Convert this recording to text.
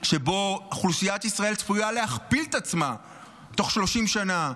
שבו אוכלוסיית ישראל צפויה להכפיל את עצמה תוך 30 שנה,